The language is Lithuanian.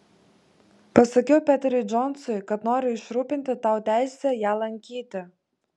pasakiau peteriui džonsui kad noriu išrūpinti tau teisę ją lankyti